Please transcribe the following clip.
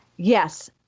Yes